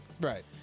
Right